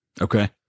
Okay